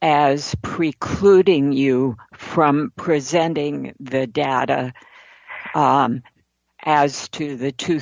as preclude ing you from presenting the data as to the two